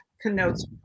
connotes